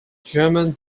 german